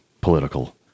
political